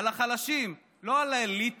על החלשים, לא על האליטה.